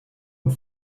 und